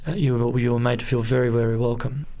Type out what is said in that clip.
you but were you were made to feel very, very welcome.